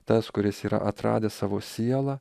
tas kuris yra atradęs savo sielą